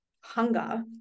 hunger